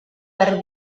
per